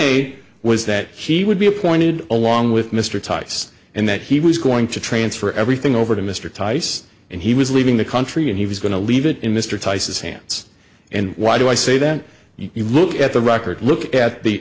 eight was that he would be appointed along with mr tice and that he was going to transfer everything over to mr tice and he was leaving the country and he was going to leave it in mr tice's hands and why do i say that you look at the record look at the